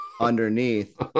underneath